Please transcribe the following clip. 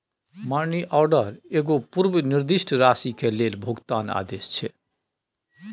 money order एगो पूर्व निर्दिष्ट राशि के लेल भुगतान आदेश छै